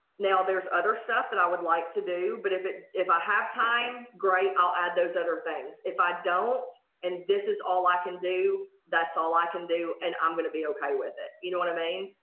now, there's other stuff that i would like to do but if it if i have time great i'll add those other things. if i don't and this is all i can do that's all i can do and i'm gonna be okay with it. you know what i mean?